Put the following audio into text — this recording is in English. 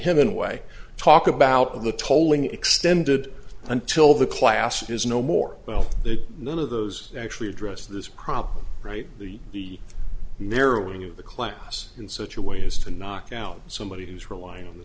hemenway talk about the tolling extended until the class is no more well that none of those actually address this problem right the narrowing of the class in such a way as to knock out somebody who's relying on the